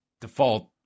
default